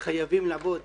חייבים לעמוד